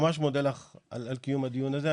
אני ממש מודה לך על קיום הדיון הזה,